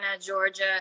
georgia